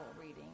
reading